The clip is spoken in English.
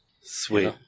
sweet